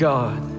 God